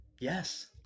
yes